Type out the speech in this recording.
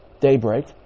daybreak